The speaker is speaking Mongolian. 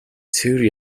цэвэр